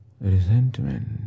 resentment